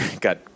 got